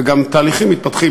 וגם תהליכים מתפתחים,